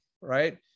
right